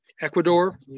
Ecuador